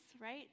right